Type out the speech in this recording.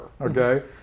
okay